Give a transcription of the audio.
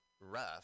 rough